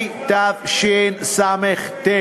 התשס"ט.